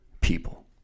people